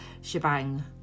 shebang